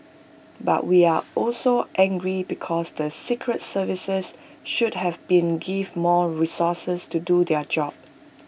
but we are also angry because the secret services should have been give more resources to do their job